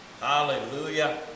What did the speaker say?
Hallelujah